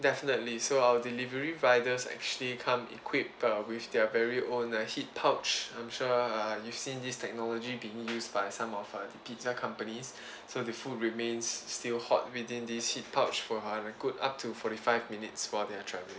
definitely so our delivery riders actually come equipped err with their very own heat pouch I'm sure you've seen this technology being used by some of uh the pizza companies so the food remains still hot within this heat pouch for a good up to forty five minutes for their travelling